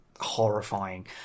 horrifying